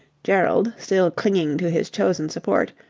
gerald, still clinging to his chosen support,